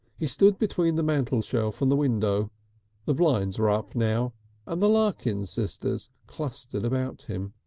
he stood between the mantel shelf and the window the blinds were up now and the larkins sisters clustered about him.